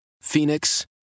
Phoenix